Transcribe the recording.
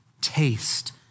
taste